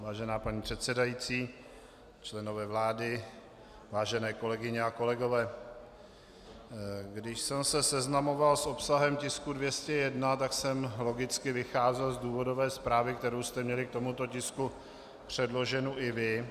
Vážená paní předsedající, členové vlády, vážené kolegyně a kolegové, když jsem se seznamoval s obsahem tisku 201, tak jsem logicky vycházel z důvodové zprávy, kterou jste měli k tomuto tisku předloženou i vy.